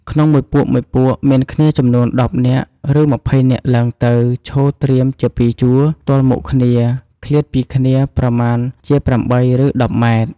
ក្នុង១ពួកៗ មានគ្នាចំនួនពី១០នាក់រឺ២០ នាក់ឡើងទៅឈរត្រៀមជា ២ជួរ ទល់មុខគ្នា ឃ្លាតពីគ្នាប្រមាណជា៨ រឺ១០ ម៉ែត្រ។